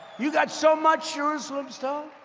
you got so much jerusalem stone.